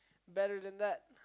better than that